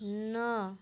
ନଅ